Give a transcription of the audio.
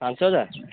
ପାଞ୍ଚହଜାର